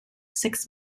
six